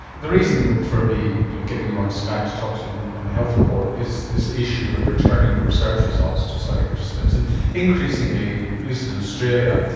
the reason for me you know getting you on skype to talk on the health report is this issue of returning research results to study participants, and increasingly, at least in australia,